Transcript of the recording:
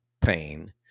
pain